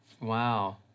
Wow